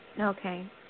Okay